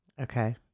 Okay